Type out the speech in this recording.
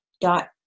dot